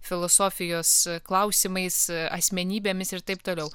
filosofijos klausimais asmenybėmis ir taip toliau